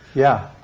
yeah.